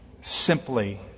simply